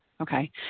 Okay